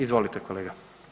Izvolite kolega.